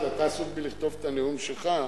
אתה עסוק בלכתוב את הנאום שלך,